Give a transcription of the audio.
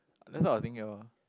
that's what I was think here orh